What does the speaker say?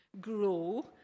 grow